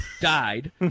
died